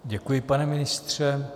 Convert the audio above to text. Děkuji, pane ministře.